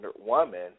woman